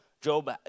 Job